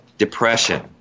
Depression